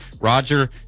Roger